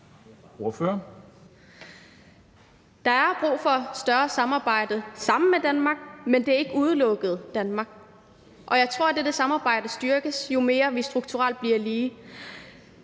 Der er brug for et større samarbejde med Danmark, men ikke udelukkende med Danmark. Jeg tror, at dette samarbejde styrkes, jo mere lige vi bliver